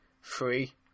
Free